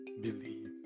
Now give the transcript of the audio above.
believe